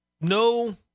no